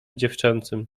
dziewczęcym